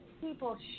people